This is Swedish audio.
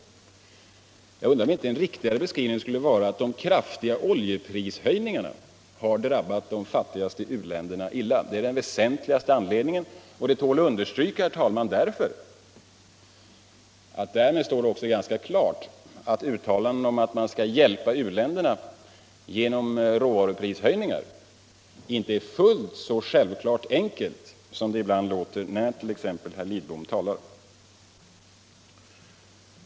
Jag undrar om inte en riktigare beskrivning skulle vara att de kraftiga oljeprishöjningarna har drabbat de fattigaste u-länderna illa. Det är den väsentligaste anledningen, och den tål att understrykas därför att det därmed står ganska klart att uttalanden om att man skall hjälpa u-länderna genom råvaruprishöjningar inte är något så självklart enkelt som det ibland låter när exempelvis herr Lidbom talar.